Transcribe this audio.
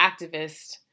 activist